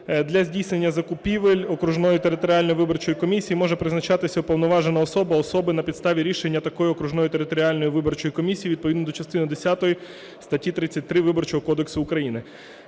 для здійснення закупівель окружної (територіальної) виборчої комісії може призначатися уповноважена особа (особи) на підставі рішення такої окружної (територіальної) виборчої комісії відповідно до частини десятої статті 33 Виборчого кодексу України".